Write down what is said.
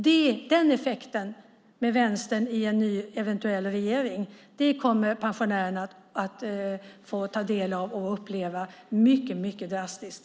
Det blir effekten av Vänstern i en eventuell ny regering. Det kommer pensionärerna att få ta del av och uppleva mycket drastiskt.